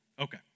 Okay